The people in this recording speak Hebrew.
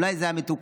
אולי זה היה מתוקן.